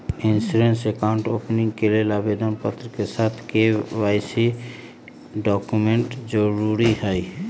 insurance account opening के लेल आवेदन पत्र के साथ के.वाई.सी डॉक्यूमेंट जरुरी हइ